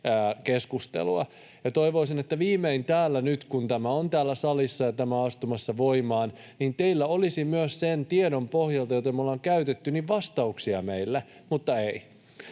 keskustelua. Toivoisin, että viimein täällä, nyt kun tämä on täällä salissa astumassa voimaan, teillä olisi myös sen tiedon pohjalta, jota me olemme käyttäneet, vastauksia meille. Mutta ei.